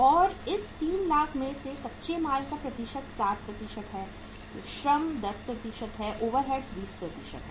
और इस 3 लाख में से कच्चे माल का प्रतिशत 60 है श्रम 10 है ओवरहेड्स 20 हैं